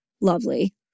lovely